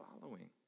following